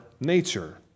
nature